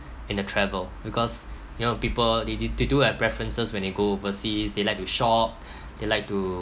in a travel because you know people they they they do have preferences when they go overseas they like to shop they like to